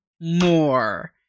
more